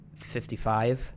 55